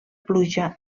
pluja